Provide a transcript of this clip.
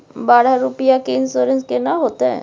बारह रुपिया के इन्सुरेंस केना होतै?